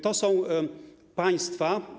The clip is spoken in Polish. To są państwa.